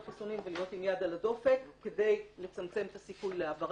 חיסונים ולהיות עם יד על הדופק כדי לצמצם את הסיכון להעברה.